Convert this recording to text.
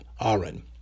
Aaron